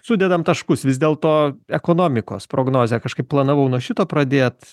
sudedam taškus vis dėlto ekonomikos prognozė kažkaip planavau nuo šito pradėt